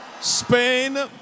Spain